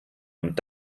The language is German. und